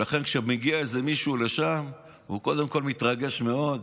לכן, כשמגיע מישהו לשם, והוא קודם כול מתרגש מאוד,